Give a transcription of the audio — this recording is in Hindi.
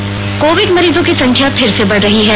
श्रुआत कोविड मरीजों की संख्या फिर से बढ़ रही है